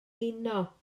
uno